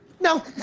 No